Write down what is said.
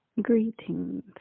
greetings